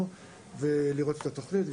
ולראות את התוכנית.